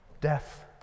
death